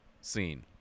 scene